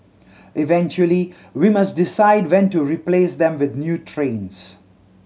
eventually we must decide when to replace them with new trains